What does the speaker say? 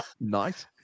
nice